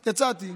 יצאתי,